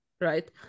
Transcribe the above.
right